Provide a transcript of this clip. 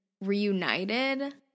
reunited